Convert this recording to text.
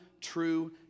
true